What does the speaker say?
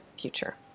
future